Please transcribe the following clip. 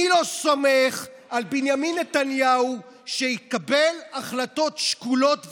אני לא סומך על בנימין נתניהו שיקבל החלטות שקולות וראויות,